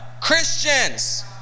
Christians